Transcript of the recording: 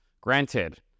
Granted